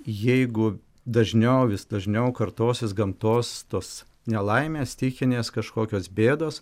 jeigu dažniau vis dažniau kartosis gamtos tos nelaimės stichinės kažkokios bėdos